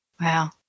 Wow